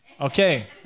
okay